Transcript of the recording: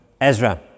Ezra